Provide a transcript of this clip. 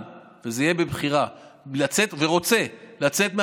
וזה יהיה בבחירה ורוצה לצאת מהמלונית,